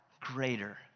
greater